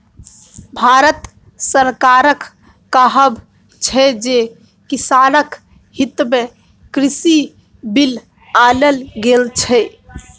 भारत सरकारक कहब छै जे किसानक हितमे कृषि बिल आनल गेल छै